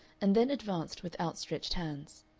and then advanced with outstretched hands.